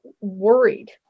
worried